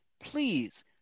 please